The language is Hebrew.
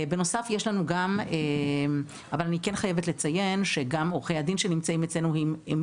אני כן חייבת לציין שגם עורכי הדין שנמצאים אצלנו הם עם